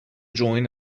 join